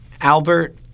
Albert